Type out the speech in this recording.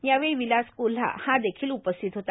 यावेळी विलास कोल्हा हा देखील उपस्थित होता